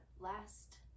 last